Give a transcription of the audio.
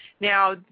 Now